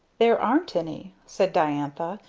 there aren't any! said diantha,